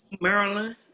Maryland